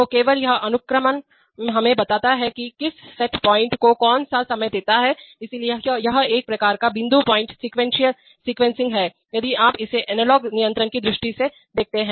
तो केवल यह अनुक्रमण हमें बताता है कि किस सेट पॉइंट को कौन सा समय देता है इसलिए यह एक प्रकार का पॉइंट सीक्वेंसिंग है यदि आप इसे एनालॉग नियंत्रण की दृष्टि से देखते हैं